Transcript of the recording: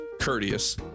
courteous